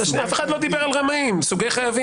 אף אחד לא דיבר על רמאים, אלא על סוגי חייבים.